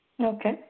Okay